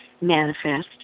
manifest